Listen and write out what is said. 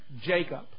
Jacob